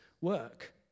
work